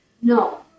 No